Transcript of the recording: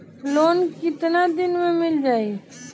Loan कितना दिन में मिल जाई?